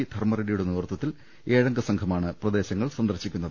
ധർമ്മറെഡ്സിയുടെ നേതൃത്വത്തിൽ ഏഴംഗ സംഘമാണ് പ്രദേശങ്ങൾ സന്ദർശിക്കുന്നത്